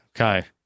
Okay